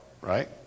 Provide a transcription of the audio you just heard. right